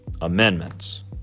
amendments